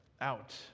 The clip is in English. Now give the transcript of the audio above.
out